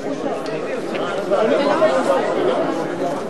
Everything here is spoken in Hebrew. מה הדיבר הרביעי בעשרת הדיברות?